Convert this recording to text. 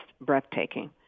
breathtaking